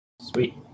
Sweet